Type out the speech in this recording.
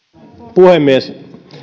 puhemies